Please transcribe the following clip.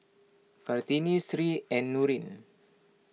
Kartini Sri and Nurin